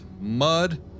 Mud